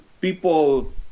people